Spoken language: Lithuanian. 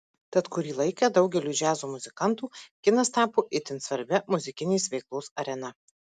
tad kurį laiką daugeliui džiazo muzikantų kinas tapo itin svarbia muzikinės veiklos arena